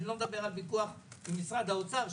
אני לא מדבר על הוויכוח עם משרד האוצר,